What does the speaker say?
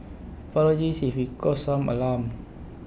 apologies if we caused some alarm